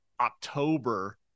October